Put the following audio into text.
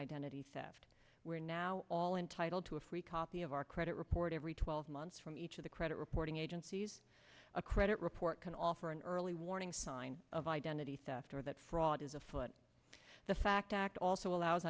identity theft we're now all entitled to a free copy of our credit report every twelve months from each of the credit reporting agencies credit report can offer an early warning sign of identity theft or that fraud is afoot the fact act also allows